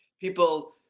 People